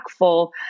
impactful